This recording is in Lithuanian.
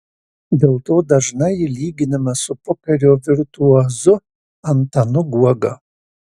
dėl to dažnai ji lyginama su pokerio virtuozu antanu guoga